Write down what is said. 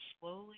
slowly